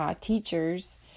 teachers